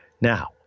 Now